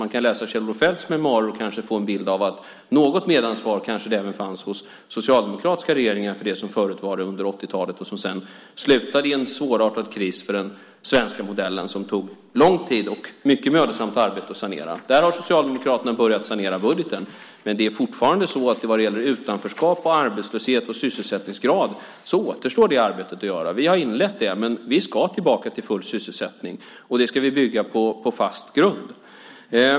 Man kan läsa Kjell-Olof Feldts memoarer och kanske få en bild av att något medansvar kanske även fanns hos socialdemokratiska regeringar för det som förutvar under 80-talet. Det slutade i svårartad kris för den svenska modellen som det tog lång tid och mycket mödosamt arbete att sanera. Socialdemokraterna hade börjat sanera budgeten. Men vad gäller utanförskap, arbetslöshet och sysselsättningsgrad återstår det arbetet att göra. Vi har inlett det. Vi ska tillbaka till full sysselsättning, och det ska vi bygga på fast grund.